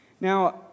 Now